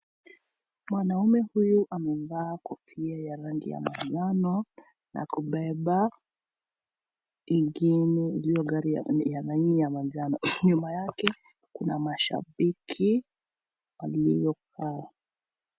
Mwanaume huyu amevaa kofia ya rangi ya manjano na kubeba ingine iliyo rangi ya manjano. Nyuma yake kuna mashabiki waliokaa.